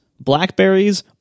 Blackberries